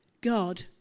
God